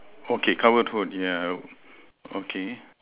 okay cover their yeah okay